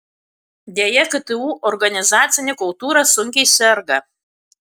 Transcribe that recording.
deja ktu organizacinė kultūra sunkiai serga